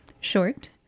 Short